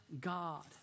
God